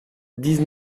dix